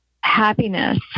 happiness